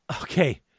Okay